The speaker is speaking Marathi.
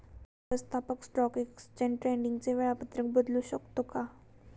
व्यवस्थापक स्टॉक एक्सचेंज ट्रेडिंगचे वेळापत्रक बदलू शकतो का?